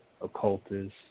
occultists